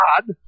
God